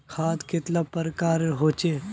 खाद कतेला प्रकारेर होचे?